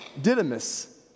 Didymus